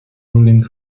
ruling